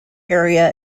area